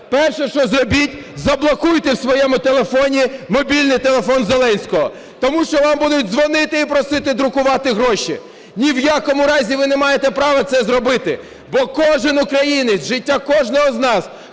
Перше, що зробіть, заблокуйте в своєму телефоні мобільний телефон Зеленського, тому що вам будуть дзвонити і просити друкувати гроші. Ні в якому разі ви не маєте права це зробити, бо кожен українець, життя кожного з нас,